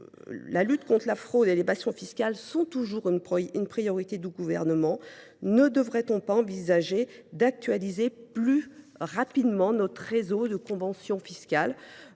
la lutte contre la fraude et l’évasion fiscales sont toujours une priorité du Gouvernement, ne devrait on pas envisager d’actualiser plus rapidement notre réseau de conventions fiscales ?